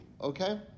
okay